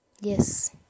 Yes